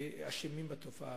אשמים בתופעה.